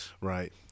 right